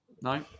No